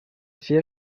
vier